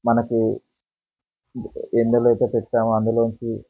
మనకీ ఎందులో అయితే పెట్టామో అందులో నుంచి